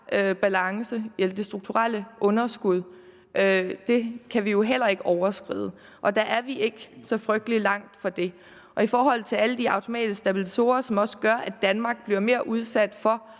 om det. Det strukturelle underskud kan vi jo heller ikke overskride, og vi er ikke så frygtelig langt fra at gøre det. I forhold til alle de automatiske stabilisatorer, som også gør, at Danmark bliver mere udsat for